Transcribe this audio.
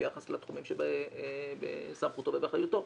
ביחס לתחומים שבסמכותו ובאחריותו.